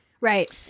Right